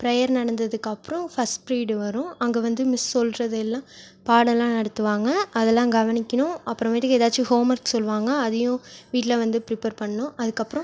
prayer நடந்ததுக்கப்புறம் first period வரும் அங்கே வந்து மிஸ் சொல்வது எல்லாம் பாடமெலாம் நடத்துவாங்க அதெலாம் கவனிக்கணும் அப்புறமேட்டுக்கு ஏதாச்சும் ஹோம்ஒர்க் சொல்லுவாங்க அதையும் வீட்டில் வந்து ப்ரிப்பேர் பண்ணணும் அதுக்கப்புறம்